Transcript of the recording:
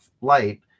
Light